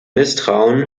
misstrauen